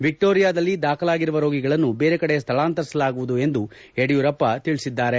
ವಿಕ್ಟೋರಿಯಾದಲ್ಲಿ ದಾಖಲಾಗಿರುವ ರೋಗಿಗಳನ್ನು ಬೇರೆ ಕಡೆ ಸ್ಥಳಾಂತರಿಸಲಾಗುವುದು ಎಂದು ಯಡಿಯೂರಪ್ಪ ತಿಳಿಸಿದರು